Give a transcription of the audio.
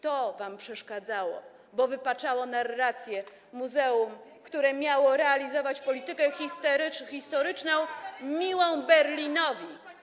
To wam przeszkadzało, bo wypaczało narrację muzeum, które miało realizować politykę histeryczną... historyczną miłą Berlinowi.